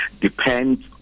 depends